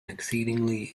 exceedingly